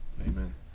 amen